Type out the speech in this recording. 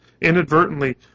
inadvertently